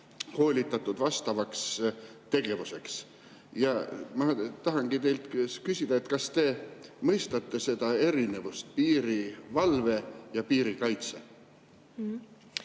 koolitatud vastavaks tegevuseks. Ma tahangi teilt küsida: kas te mõistate erinevust piirivalve ja piirikaitse